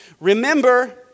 Remember